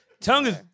Tongue